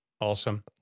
Awesome